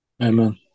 Amen